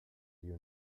you